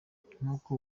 nk’uko